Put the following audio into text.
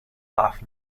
laugh